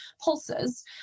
pulses